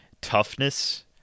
toughness